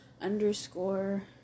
underscore